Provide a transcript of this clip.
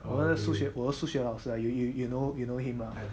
我那数学我的数学老师 lah you you you know you know him lah